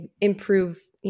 improve